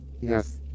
Yes